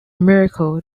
miracle